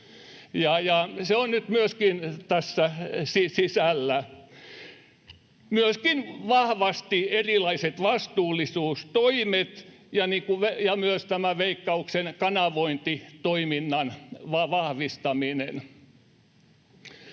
se on nyt myöskin tässä sisällä, myöskin vahvasti erilaiset vastuullisuustoimet ja myös Veikkauksen kanavointitoiminnan vahvistaminen.